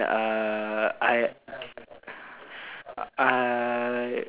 I I